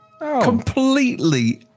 Completely